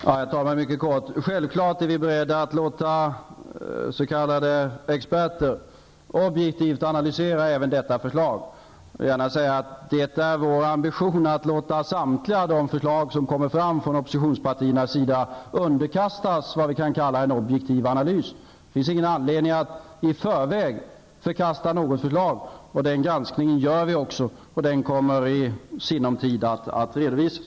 Herr talman! Vi är självfallet beredda att låta s.k. experter objektivt analysera även detta förslag. Jag vill gärna säga att det är vår ambition att låta underkasta samtliga förslag som kommer fram från oppositionspartiernas sida vad vi kan kalla en objektiv analys. Det finns ingen anledning att i förväg förkasta något förslag. Vi gör en sådan granskning, och den kommer i sinom tid att redovisas.